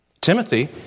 Timothy